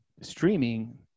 streaming